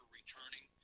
returning